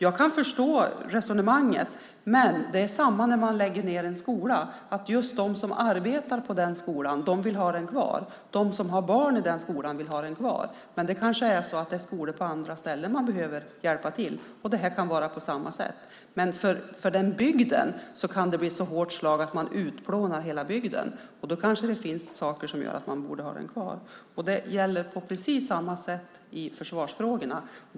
Jag kan förstå resonemanget. Detsamma gäller när man lägger ned en skola. De som arbetar och har barn i just den skolan vill ha den kvar. Men i stället kanske man behöver hjälpa skolor på andra håll. Det kan vara på samma sätt med försvaret, men för den drabbade bygden kan slaget bli så hårt att hela bygden utplånas. Därför kanske det finns anledning att ha det kvar. Precis samma sak gäller alltså beträffande försvarsfrågorna.